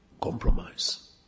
compromise